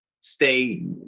stay